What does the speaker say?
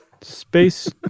Space